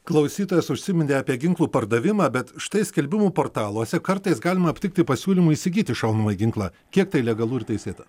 klausytojas užsiminė apie ginklų pardavimą bet štai skelbimų portaluose kartais galima aptikti pasiūlymų įsigyti šaunamąjį ginklą kiek tai legalu ir teisėta